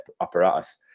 apparatus